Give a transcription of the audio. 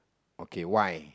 okay why